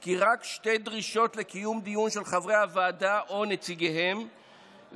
כי רק שתי דרישות לקיום דיון של חברי הוועדה או נציגיהם ויותר,